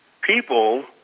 people